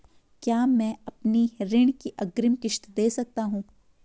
क्या मैं अपनी ऋण की अग्रिम किश्त दें सकता हूँ?